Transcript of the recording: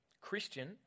Christian